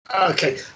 Okay